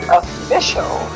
official